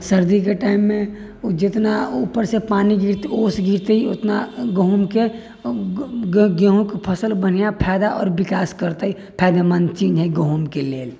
सर्दीके टाइममे ओ जेतना ऊपर से पानि गिरतै ओस गिरतै ओतना गहुँमके फसल बढ़िआँ फैदा आओर विकास करतै फायदेमन्द चीज हइ गहुँमके लेल